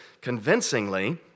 convincingly